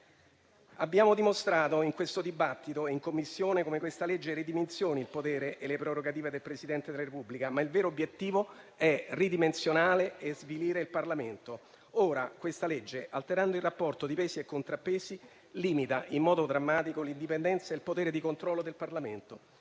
Abbiamo dimostrato in questo dibattito e in Commissione come questa legge ridimensioni il potere e le prerogative del Presidente della Repubblica, ma il vero obiettivo è ridimensionare e svilire il Parlamento. Questa legge, alterando il rapporto di pesi e contrappesi, limita in modo drammatico l'indipendenza e il potere di controllo del Parlamento.